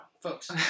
folks